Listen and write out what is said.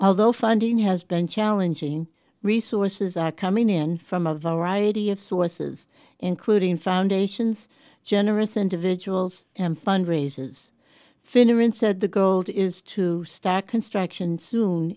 although funding has been challenging resources coming in from a variety of sources including foundations generous individuals and fundraises finneran said the gold is to stack construction soon